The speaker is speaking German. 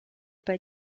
bei